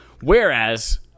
Whereas